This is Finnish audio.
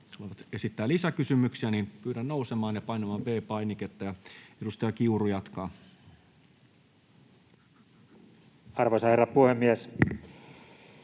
esittää lisäkysymyksiä, pyydän nousemaan ja painamaan V-painiketta. — Ja edustaja Kiuru jatkaa. Arvoisa herra puhemies!